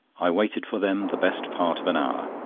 i waited for them the best part of an hour.